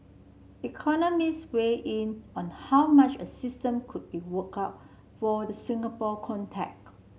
economists weighed in on how much a system could be worked out for the Singapore context